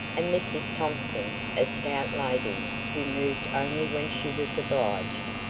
and mrs thompson, a stout lady, who moved only when she was obliged,